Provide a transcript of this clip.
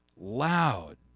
loud